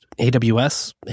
AWS